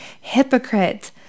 Hypocrite